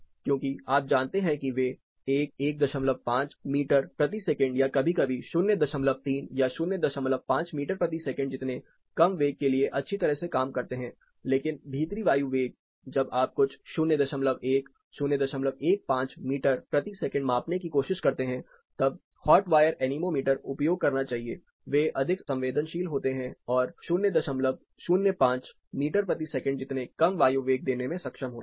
क्योंकि आप जानते हैं कि वे 1 15 मीटर प्रति सेकंड या कभी कभी 03 या 05 मीटर प्रति सेकंड जितने कम वेग के लिए अच्छी तरह से काम करते हैं लेकिन भीतरी वायु वेग जब आप कुछ 01 015 मीटर प्रति सेकंड मापने की कोशिश करते हैं तब हॉट वायर एनीमोमीटर उपयोग करना चाहिए वे अधिक संवेदनशील होते हैं और 005 मीटर प्रति सेकंड जितने कम वायु वेग देने में सक्षम होते हैं